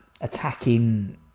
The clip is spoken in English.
attacking